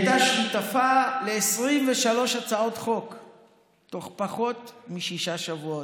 והיא הייתה שותפה ל-23 הצעות חוק בתוך פחות משישה שבועות.